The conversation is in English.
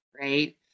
right